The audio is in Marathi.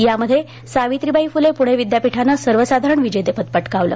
यामध्ये सावित्रीबाई फुले पुणे विद्यापीठानं सर्वसाधारण विजेतेपद पटकावलं